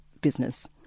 business